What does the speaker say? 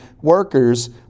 workers